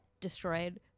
destroyed